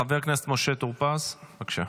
חבר הכנסת משה טור פז, בבקשה.